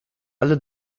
alle